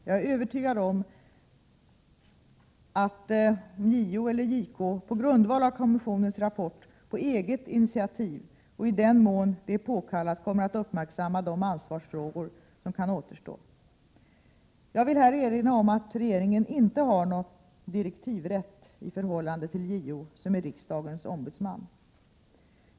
Jag är övertygad om att JO eller JK — på grundval av kommissionens rapport — på eget initiativ och i den mån det är påkallat kommer att uppmärksamma de ansvarsfrågor som kan återstå. Jag vill här erinra om att regeringen inte har någon direktivrätt i förhållande till JO, som är riksdagens ombudsman.